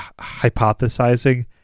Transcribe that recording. hypothesizing